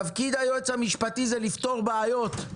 תפקיד היועץ המשפטי זה לפתור בעיות,